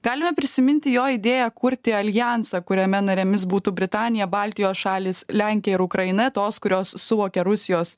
galime prisiminti jo idėją kurti aljansą kuriame narėmis būtų britanija baltijos šalys lenkija ir ukraina tos kurios suvokė rusijos